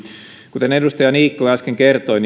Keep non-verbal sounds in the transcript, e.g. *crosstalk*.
kuten edustaja niikko äsken kertoi *unintelligible*